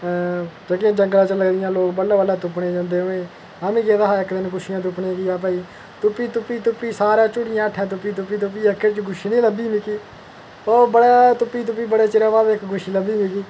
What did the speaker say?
जेह्कियां जंगलै च लग्गदियां लोक बड़लै बड़लै तुप्पने ई जंदे उ'नें ई मिम्मी गेदा दा इक दिन गुच्छियां तुप्पनें ई आं भाई तुप्पी तुप्पी तुप्पी सारै तुप्पी तुप्पी तुप्पी सारै झुल्लियें हेठ इक गुच्छी निं लब्भी मिगी ओह् बड़ा तुप्पी तुप्पी बड़े चिरै बाद इक्क गुच्छी लब्भी मिगी